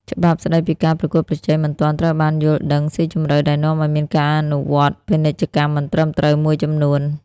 ច្បាប់ស្ដីពីការប្រកួតប្រជែងមិនទាន់ត្រូវបានយល់ដឹងស៊ីជម្រៅ ដែលនាំឱ្យមានការអនុវត្តពាណិជ្ជកម្មមិនត្រឹមត្រូវមួយចំនួន។